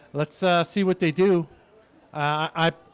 let's see what they do i